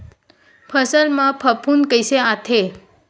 फसल मा फफूंद कइसे आथे?